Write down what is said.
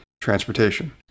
transportation